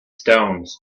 stones